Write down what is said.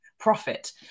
profit